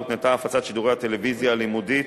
הותנתה הפצת שידורי הטלוויזיה הלימודית